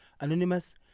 anonymous